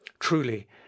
Truly